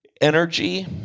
Energy